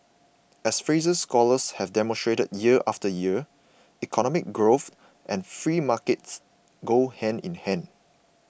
as Fraser scholars have demonstrated year after year economic growth and free markets go hand in hand